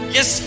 Yes